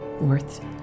worth